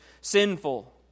sinful